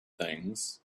things